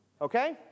Okay